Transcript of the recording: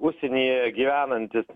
užsienyje gyvenantis